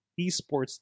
Esports